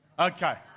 Okay